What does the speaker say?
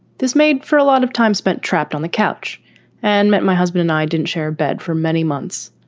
this made for a lot of time, spent trapped on the couch and met my husband. and i didn't share a bed for many months.